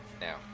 Now